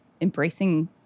embracing